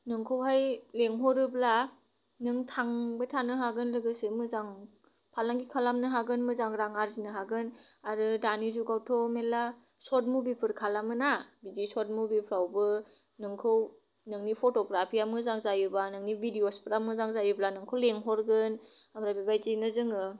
नोंखौहाय लेंहरोब्ला नों थांबाय थानो हागोन लोगोसे मोजां फालांगि खालानो हागोन मोजां रां आर्जिनो हागोन आरो दानि जुगावथ' मेल्ला सर्त मुभिफोर खालामो ना बिदि सर्त मुभिफ्राउबो नोंखौ नोंनि फट'ग्राफिया मोजां जायोबा नोंनि भिडेअसफ्रा मोजां जायोब्ला नोंखौ लोंहरगोन आमफ्राय बेबायदिनो जोङो